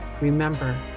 remember